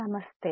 നമസ്തേ